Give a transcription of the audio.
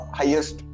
highest